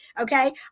okay